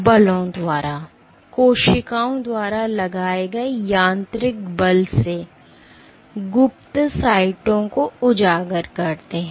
बलों द्वारा कोशिकाओं द्वारा लगाए गए यांत्रिक बल से गुप्त साइटों को उजागर करते हैं